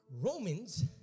Romans